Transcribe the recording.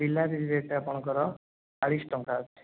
ବିଲାତି ରେଟ୍ ଆପଣଙ୍କର ଚାଳିଶ ଟଙ୍କା ଅଛି